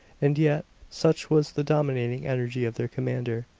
and yet, such was the dominating energy of their commander,